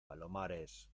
palomares